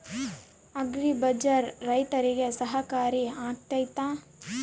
Agri Bazaar ರೈತರಿಗೆ ಸಹಕಾರಿ ಆಗ್ತೈತಾ?